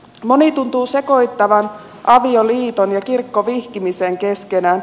moni tuntuu sekoittavan avioliiton ja kirkkovihkimisen keskenään